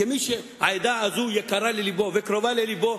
כמי שהעדה הזו יקרה ללבו וקרובה ללבו,